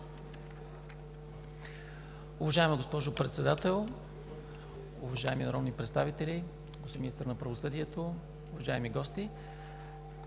Уважаема госпожо Председател, уважаеми народни представители, господин Министър на правосъдието, уважаеми гости!